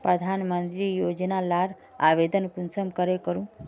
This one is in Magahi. प्रधानमंत्री योजना लार आवेदन कुंसम करे करूम?